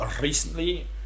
recently